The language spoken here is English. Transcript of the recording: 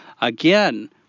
again